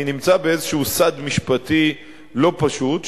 אני נמצא באיזה סד משפטי לא פשוט.